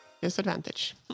Disadvantage